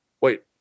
wait